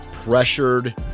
pressured